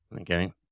Okay